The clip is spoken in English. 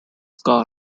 car